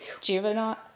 Juvenile